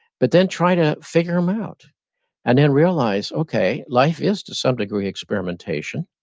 but then try to figure them out and then realize, okay, life is to some degree experimentation,